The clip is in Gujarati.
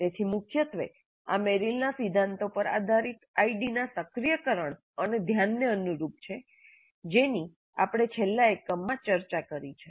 તેથી મુખ્યત્વે આ મેરીલના સિદ્ધાંતો પર આધારિત આઈડી ના સક્રિયકરણ અને ધ્યાનને અનુરૂપ છે જેની આપણે છેલ્લા એકમમાં ચર્ચા કરી છે